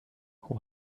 who